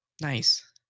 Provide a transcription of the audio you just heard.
Nice